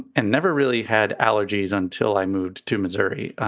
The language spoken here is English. and never really had allergies until i moved to missouri.